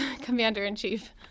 commander-in-chief